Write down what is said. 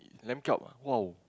is lamb chop ah !wow!